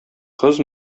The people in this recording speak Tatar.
кыз